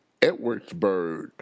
Edwardsburg